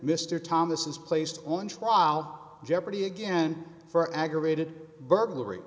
mr thomas is placed on trial jeopardy again for aggravated burglary